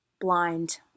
blind